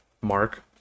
Mark